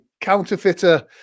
counterfeiter